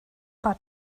but